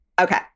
Okay